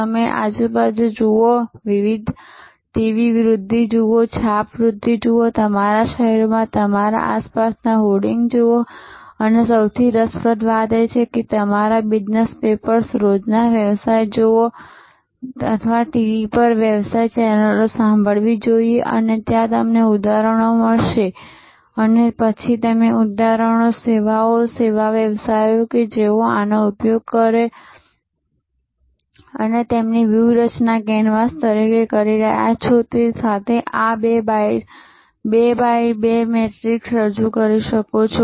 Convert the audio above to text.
તમે આજુબાજુ જુઓ વિવિધ ટીવી વૃધ્ધિ જુઓ છાપ વૃધ્ધિ જુઓ તમારા શહેરમાં તમારી આસપાસના હોર્ડિંગ જુઓ અને સૌથી રસપ્રદ વાત એ છે કે તમારે બિઝનેસ પેપર્સ રોજના વ્યવસાય જોવી જોઈએ અથવા ટીવી પર વ્યવસાય ચેનલો સાંભળવી જોઈએ તો ત્યાં તમને ઉદાહરણો મળશે અને પછી તમે ઉદાહરણો સેવાઓ સેવા વ્યવસાયો કે જેઓ આનો ઉપયોગ તેમની વ્યૂહરચના કેનવાસ તરીકે કરી રહ્યાં છે તે સાથે આ બે બાય બે મેટ્રિક્સ રજૂ કરી શકો છો